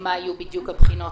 מה היו הבחינות